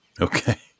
Okay